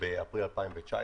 באפריל 2019,